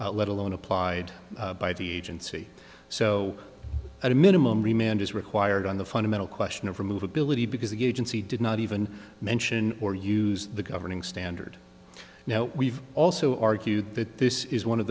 let alone applied by the agency so at a minimum remained is required on the fundamental question of remove ability because a gaijin c did not even mention or use the governing standard now we've also argued that this is one of